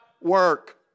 work